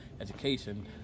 education